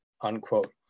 unquote